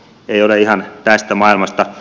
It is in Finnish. ei ole ihan tästä maailmasta